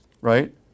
right